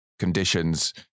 conditions